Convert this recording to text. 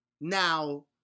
Now